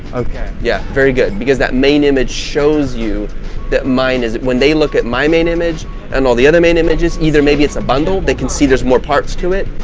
okay. yeah very good because that main image shows you that mine is when they look at my main image and all the other main images either. maybe it's a bundle, they can see there's more parts to it.